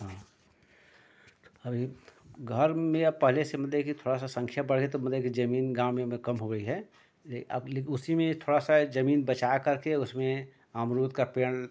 अभी घर में या पहले से मतलब कि थोड़ी सी सँख्या बढ़ गई तो मतलब कि ज़मीन गाँव या में कम हो गई है यह अब ले उसी में यह थोड़ी सी ज़मीन बचा करके उसमें अमरूद का पेड़